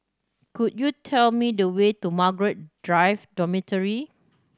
could you tell me the way to Margaret Drive Dormitory